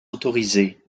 autorisées